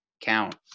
count